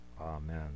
amen